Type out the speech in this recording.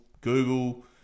Google